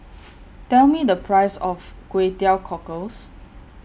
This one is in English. Tell Me The Price of Kway Teow Cockles